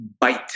bite